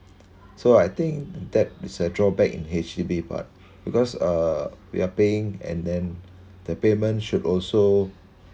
so I think that is the drawback in H_D_B part because uh we are paying and then the payment should also